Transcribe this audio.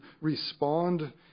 respond